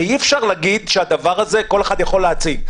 ואי-אפשר להגיד שכל אחד יכול להציג.